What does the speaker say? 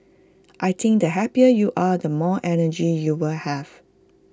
I think the happier you are the more energy you will have